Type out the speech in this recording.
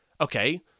Okay